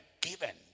given